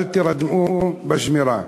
אל תירדמו בשמירה.